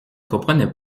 comprenait